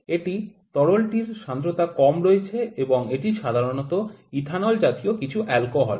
এটি তরল টির সান্দ্রতা কম রয়েছে এবং এটি সাধারণত ইথানল জাতীয় কিছু অ্যালকোহল